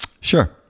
Sure